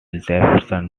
jefferson